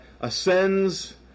ascends